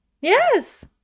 yes